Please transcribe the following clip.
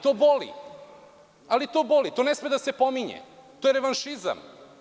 To boli i to ne sme da se pominje, to je revanšizam.